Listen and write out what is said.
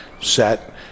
set